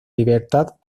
libertad